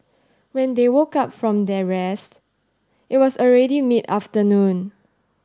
when they woke up from their rest it was already mid afternoon